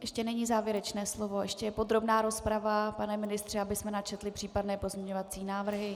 Ještě není závěrečné slovo, ještě je podrobná rozprava, pane ministře, abychom načetli případné pozměňovací návrhy.